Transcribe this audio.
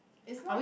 is not